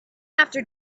after